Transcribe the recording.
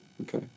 Okay